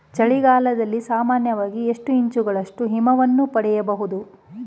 ಚಳಿಗಾಲದಲ್ಲಿ ಸಾಮಾನ್ಯವಾಗಿ ಎಷ್ಟು ಇಂಚುಗಳಷ್ಟು ಹಿಮವನ್ನು ಪಡೆಯಬಹುದು?